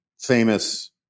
famous